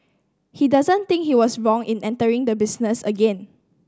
he doesn't think he was wrong in entering the business again